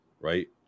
right